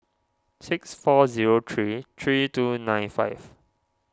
six four zero three three two nine five